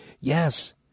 Yes